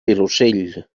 vilosell